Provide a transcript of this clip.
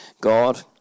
God